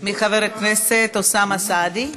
לחבר הכנסת אוסאמה סעדי.